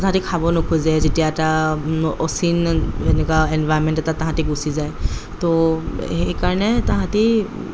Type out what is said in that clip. তাহাতি খাব নোখোজে যেতিয়া তা অচিন এনেকুৱা এনভাইৰমেণ্ট এটাত তাহাঁতি গুচি যায় তো সেই কাৰণে তাহাঁতি